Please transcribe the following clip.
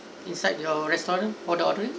inside your restaurant for the ordering